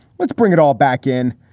let's bring it all back in.